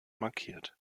markiert